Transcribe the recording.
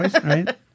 right